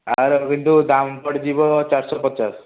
ଆର କିନ୍ତୁ ଦାମ୍ ପଡ଼ିଯିବ ଚାରିଶହ ପଚାଶ